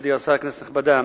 מכובדי השר, כנסת נכבדה,